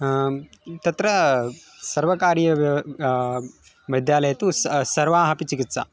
तत्र सर्वकारीयव्यव् वैद्यालये तु स सर्वाः अपि चिकित्सा